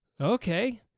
Okay